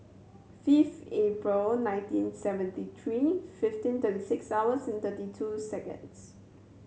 fifth April nineteen seventy three fifteen thirty six hours thirty two seconds